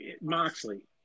Moxley